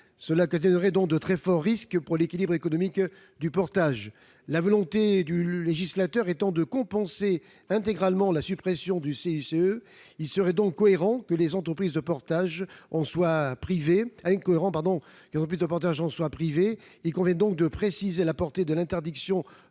qui causerait de très forts risques pour l'équilibre économique du portage. La volonté du législateur étant de compenser intégralement la suppression du CICE, il serait incohérent que les entreprises de portage soient privées d'une telle compensation. Il convient donc de préciser la portée de l'interdiction